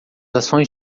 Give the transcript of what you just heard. ações